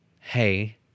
hey